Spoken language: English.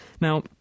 Now